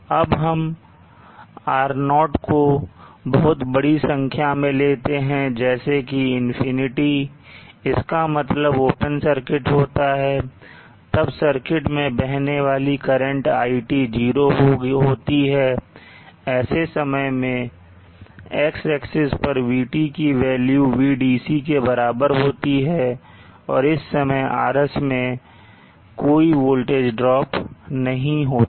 अब हम R0 को बहुत बड़ी संख्या में लेते हैं जैसे कि infinity इसका मतलब ओपन सर्किट होता है तब सर्किट में बहने वाली करंट iT 0 होती है ऐसे समय में X एक्सेस पर vT की वैल्यू Vdc के बराबर होती है और इस समय RS मैं कोई वोल्टेज ड्रॉप नहीं होता